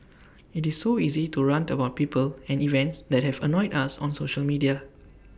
IT is so easy to rant about people and events that have annoyed us on social media